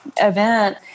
event